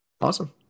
awesome